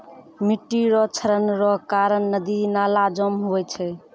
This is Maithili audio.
मिट्टी रो क्षरण रो कारण नदी नाला जाम हुवै छै